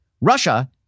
Russia